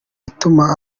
ituma